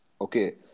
okay